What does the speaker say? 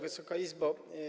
Wysoka Izbo!